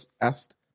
asked